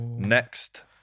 Next